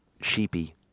sheepy